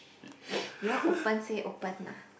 you want open say open lah